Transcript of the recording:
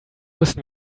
müssen